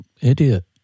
idiot